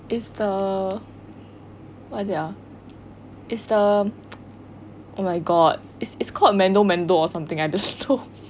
it's the what is it ah it's the oh my god it's called mando mando or something I don't know